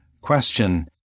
Question